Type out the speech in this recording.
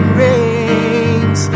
rains